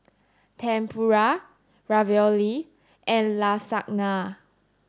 Tempura Ravioli and Lasagna